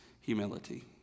humility